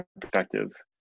perspective